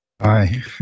Hi